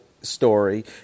Story